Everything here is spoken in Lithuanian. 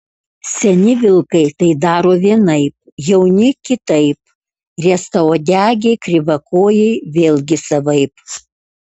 seni vilkai tai daro vienaip jauni kitaip riestauodegiai kreivakojai vėlgi savaip